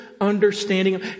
understanding